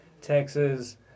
Texas